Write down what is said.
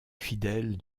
fidèle